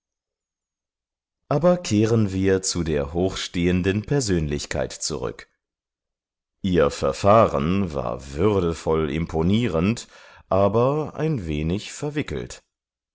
aber kehren wir zu der hochstehenden persönlichkeit zurück ihr verfahren war würdevoll imponierend aber ein wenig verwickelt